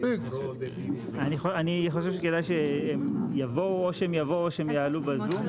אני חושב שכדאי שהם יבואו או שהם יעלו בזום,